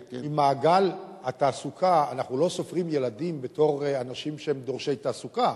במעגל התעסוקה אנחנו לא סופרים ילדים בתור אנשים שהם דורשי תעסוקה.